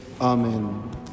Amen